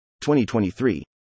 2023